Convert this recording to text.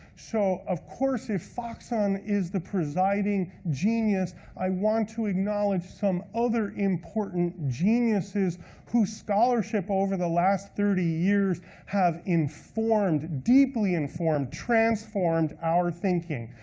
so, of course if foxon is the presiding genius, i want to acknowledge some other important geniuses whose scholarship over the last thirty years have informed, deeply informed, transformed our thinking.